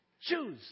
choose